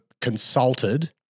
consulted